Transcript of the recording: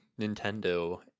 Nintendo